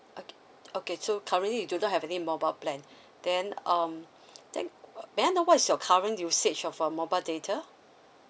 okay okay so currently you do not have any mobile plan then um then uh may I know what's your current usage of uh mobile data